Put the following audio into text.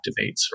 activates